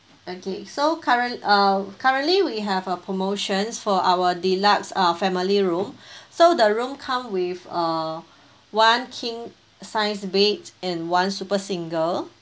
okay so current~ uh currently we have a promotions for our deluxe uh family room so the room come with uh one king size bed and one super single